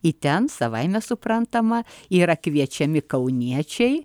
į ten savaime suprantama yra kviečiami kauniečiai